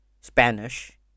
Spanish